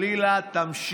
בהם?